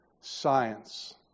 science